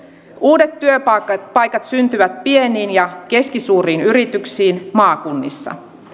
uudet työpaikat työpaikat syntyvät pieniin ja keskisuuriin yrityksiin maakunnissa